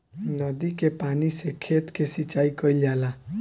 नदी के पानी से खेत के सिंचाई कईल जाला